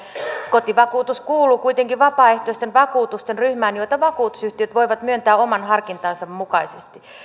kotivakuutus kuuluu kuitenkin vapaaehtoisten vakuutusten ryhmään joita vakuutusyhtiöt voivat myöntää oman harkintansa mukaisesti